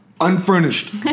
Unfurnished